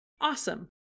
Awesome